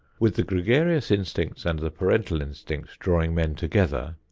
with the gregarious instinct and the parental instinct drawing men together,